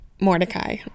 Mordecai